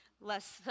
less